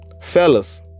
fellas